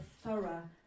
thorough